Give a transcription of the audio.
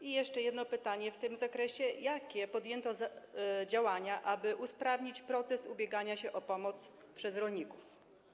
I jeszcze jedno pytanie w tym zakresie: Jakie podjęto działania, aby usprawnić proces ubiegania się o pomoc przez rolników?